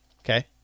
Okay